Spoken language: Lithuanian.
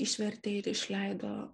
išvertė ir išleido